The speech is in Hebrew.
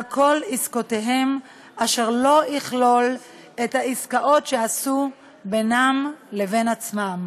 כל עסקותיהם אשר לא יכלול את העסקאות שעשו בינם לבין עצמם,